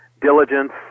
diligence